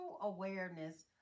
awareness